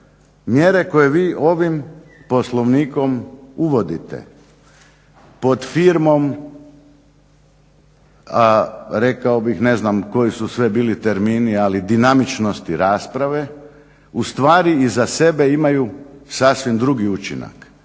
Mjere koje vi ovim Poslovnikom uvodite, pod firmom, rekao bih ne znam koji su sve bili termini ali dinamičnosti rasprave, ustvari iza sebe imaju sasvim drugi učinak.